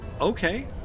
okay